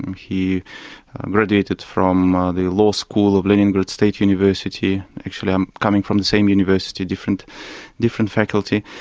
he graduated from ah the law school of leningrad state university actually i'm coming from the same university, different different faculty.